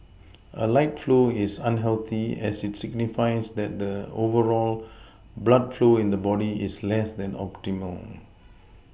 a light flow is unhealthy as it signifies that the overall blood flow in the body is less than optimal